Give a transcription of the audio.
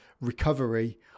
recovery